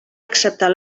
acceptar